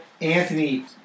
Anthony